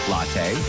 Latte